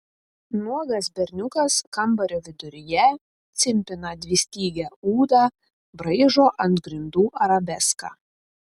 nuogas berniukas kambario viduryje cimpina dvistygę ūdą braižo ant grindų arabeską